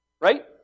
Right